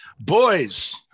Boys